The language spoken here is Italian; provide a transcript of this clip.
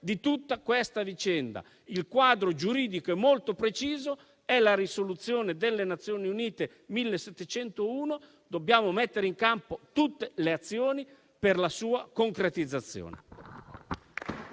di tutta questa vicenda. Il quadro giuridico è molto preciso: è la risoluzione delle Nazioni Unite n. 1701 e dobbiamo mettere in campo tutte le azioni per la sua concretizzazione.